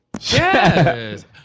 Yes